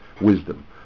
wisdom